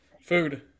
Food